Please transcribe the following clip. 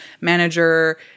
manager